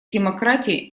демократии